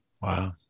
Wow